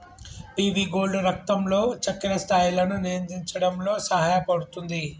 PV gourd రక్తంలో చక్కెర స్థాయిలను నియంత్రించడంలో సహాయపుతుంది